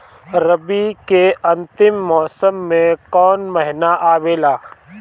रवी के अंतिम मौसम में कौन महीना आवेला?